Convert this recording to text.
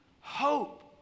hope